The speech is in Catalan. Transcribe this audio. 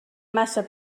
massa